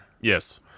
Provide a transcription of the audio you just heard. Yes